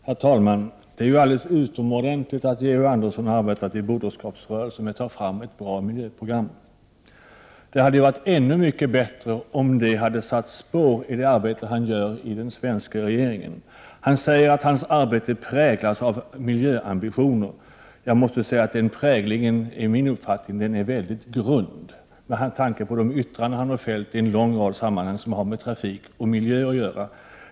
Herr talman! Det är ju alldeles utomordentligt att Georg Andersson i Broderskapsrörelsen arbetat med att ta fram ett bra miljöprogram. Det hade varit ännu mycket bättre om det hade satt spår i det arbete som han gör i den svenska regeringen. Han säger att hans arbete präglas av miljöambitioner. Jag måste säga att den präglingen är mycket svag med tanke på de yttranden som han har fällt i en lång rad sammanhang som har med trafik och miljö att göra.